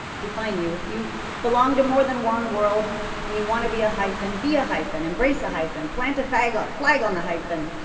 define you if you belong to more than one world and you want to be a hyphen, be a hyphen, embrace a hyphen, plant a flag on flag on the hyphen,